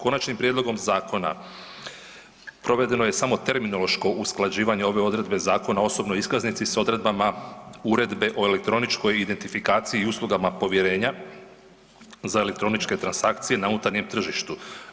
Konačnim prijedlogom zakona provedeno je samo terminološko usklađivanje ove odredbe zakona o osobnoj iskaznici s odredbama Uredbe o elektroničkoj identifikaciji i uslugama povjerenja za elektroničke transakcije na unutarnjem tržištu.